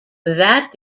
that